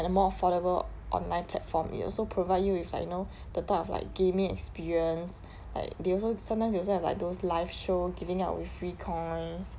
and more affordable online platform it also provide you with like you know the type of like gaming experience like they also sometimes they also have like those life show giving out with free coins